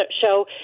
show